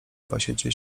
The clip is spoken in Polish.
pasiecie